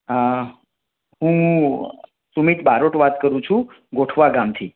હા હું સુમિત બારોટ વાત કરું છું ગોઠવા ગામથી